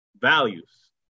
values